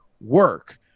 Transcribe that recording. work